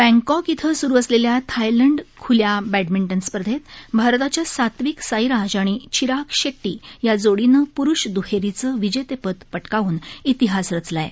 Bangkok इथं स्रू असलेल्या थायलंड खुल्या बॅडमिंटन स्पर्धेत भारताच्या सात्विक साईराज आणि चिराग शेट्टी या जोडीनं प्रुष द्हेरीचं विजेतेपद पटकावून इतिहास रचला आहे